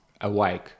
awake